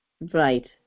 Right